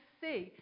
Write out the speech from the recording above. see